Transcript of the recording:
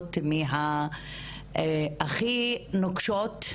מערכות הכי נוקשות,